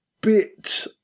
bit